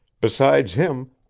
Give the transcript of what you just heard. besides him,